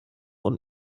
und